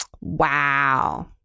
Wow